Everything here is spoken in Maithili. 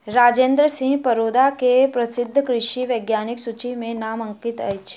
राजेंद्र सिंह परोदा के प्रसिद्ध कृषि वैज्ञानिकक सूचि में नाम अंकित अछि